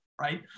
right